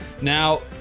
Now